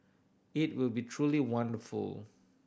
it will be truly wonderful